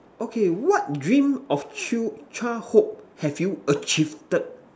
okay what dream of child childhood have you achieved